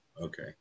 Okay